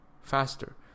faster